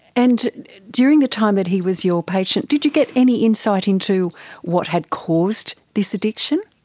and during the time that he was your patient, did you get any insight into what had caused this addiction?